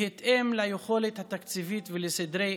בהתאם ליכולת התקציבית ולסדרי עדיפויות,